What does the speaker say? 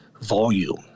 volume